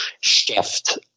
shift